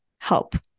help